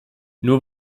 nur